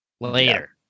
later